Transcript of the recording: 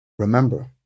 Remember